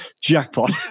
jackpot